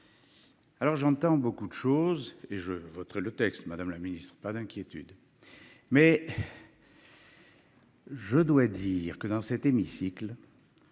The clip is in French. Alors j'entends beaucoup de choses et je voterai le texte Madame la Ministre. Pas d'inquiétude. Mais. Je dois dire que dans cet hémicycle.